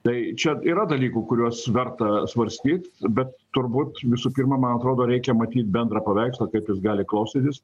tai čia yra dalykų kuriuos verta svarstyt bet turbūt visų pirma man atrodo reikia matyt bendrą paveikslą kaip jis gali klosytis